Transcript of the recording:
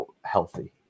healthy